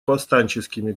повстанческими